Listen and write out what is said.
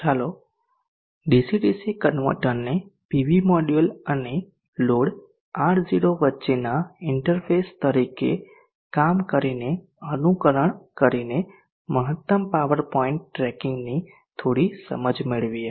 ચાલો DC DC કન્વર્ટરને PV module અને લોડ R0 વચ્ચેના ઇન્ટરફેસ તરીકે કામ કરીને અનુકરણ કરીને મહત્તમ પાવર પોઇન્ટ ટ્રેકિંગની થોડી સમજ મેળવીએ